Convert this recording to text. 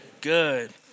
Good